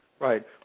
Right